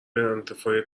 غیرانتفاعی